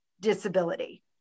disability